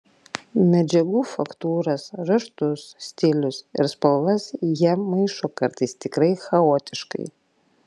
medžiagų faktūras raštus stilius ir spalvas jie maišo kartais tikrai chaotiškai